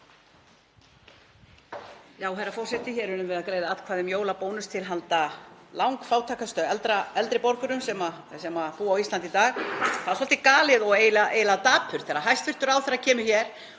Herra forseti. Hér erum við að greiða atkvæði um jólabónus til handa langfátækustu eldri borgurunum sem búa á Íslandi í dag. Það er svolítið galið og eiginlega dapurt þegar hæstv. ráðherra kemur hér